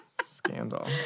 Scandal